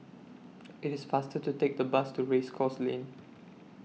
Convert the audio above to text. IT IS faster to Take The Bus to Race Course Lane